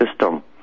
system